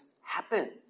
happen